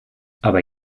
aber